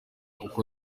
uko